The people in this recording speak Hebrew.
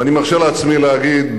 ואני מרשה לעצמי להגיד,